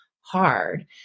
hard